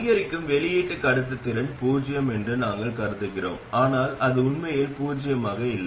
அதிகரிக்கும் வெளியீட்டு கடத்துத்திறன் பூஜ்ஜியம் என்று நாங்கள் கருதுகிறோம் ஆனால் அது உண்மையில் பூஜ்ஜியமாக இல்லை